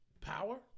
power